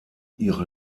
ihre